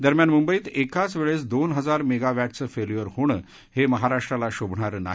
दरम्यान मुंबईत एकाच वेळेस दोन हजार मेगा वट्के फेल्यूअर होणं हे महाराष्ट्राला शोभणारं नाही